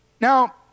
Now